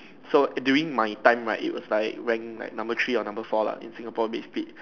so during my time right it was like rank like number three or number four lah in Singapore Big Speed